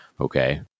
Okay